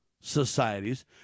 societies